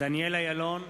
דניאל אילון,